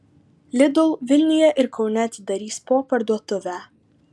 lidl vilniuje ir kaune atidarys po parduotuvę